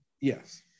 Yes